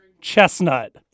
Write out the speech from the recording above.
Chestnut